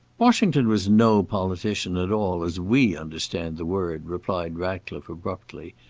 washington was no politician at all, as we understand the word, replied ratcliffe abruptly.